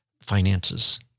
finances